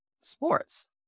sports